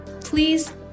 Please